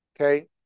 Okay